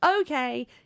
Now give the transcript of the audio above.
okay